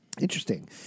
Interesting